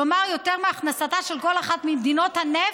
כלומר יותר מהכנסתה של כל אחת ממדינות הנפט,